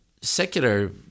secular